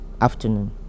afternoon